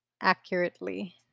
accurately